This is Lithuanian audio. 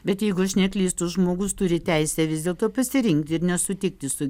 bet jeigu aš neklystu žmogus turi teisę vis dėlto pasirinkti ir nesutikti su